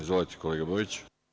Izvolite, kolega Bojiću.